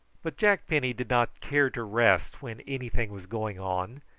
but jack penny did not care to rest when anything was going on,